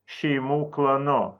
šeimų klanu